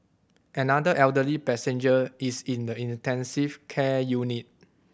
another elderly passenger is in the intensive care unit